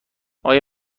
آیا